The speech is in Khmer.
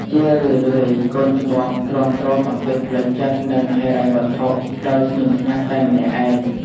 ជារឿយៗ កូនច្បងទ្រាំទ្រសម្ពាធផ្លូវចិត្ត និងហិរញ្ញវត្ថុដោយស្ងៀមស្ងាត់តែម្នាក់ឯង។